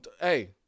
Hey